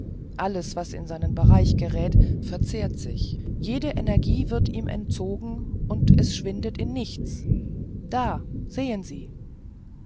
alles was in seinen bereich gerät verzehrt sich jede energie wird ihm entzogen es schwindet in nichts da sehen sie